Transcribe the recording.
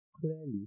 clearly